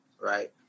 Right